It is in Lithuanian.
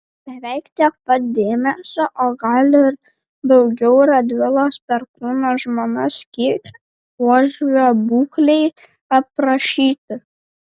beveik tiek pat dėmesio o gal ir daugiau radvilos perkūno žmona skyrė uošvio būklei aprašyti